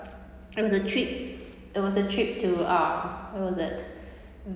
it was a trip it was a trip to uh where was it